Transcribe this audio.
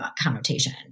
connotation